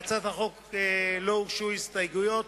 להצעת החוק לא הוגשו הסתייגויות,